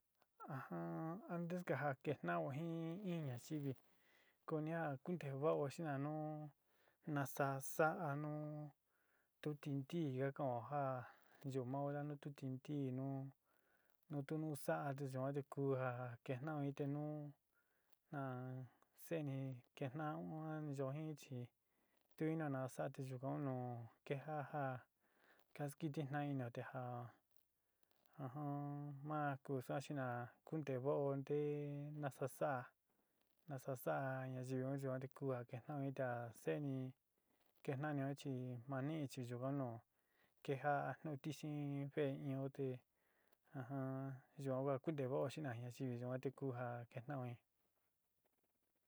Ajan antes ja ketan'ó jin in ñayivi, kuni ja kunteé va'o xi na nú nasá sa'a nu tu tintí ka kan'ó ja yuú mao yá nu tu tintí nu nutu nu saá yuante ku ja kejtnao in te nu a seni kejtnao ni yuan jin chi tu jinio na saá te yuka un nu kejá ja kaskitijná inió te ja maá ku sa´a chi na ku nteé vao nteé nasa sa'á nasa saá nayivi un yuan te ku a kejtnao jin te a se'éni kejtnanio chi ma nií chi yuka un nu kejaá nu ntixin ve'é ñuu te jun yuan ku nteé vaó xinaga nayivi yuan te kuja kejtnao jin.